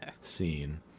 scene